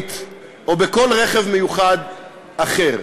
במונית או בכל רכב מיוחד אחר.